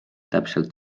täpselt